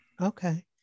Okay